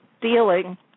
dealing